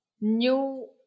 new